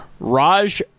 Raj